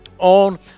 on